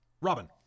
robin